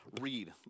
read